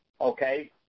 okay